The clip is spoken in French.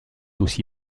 aussi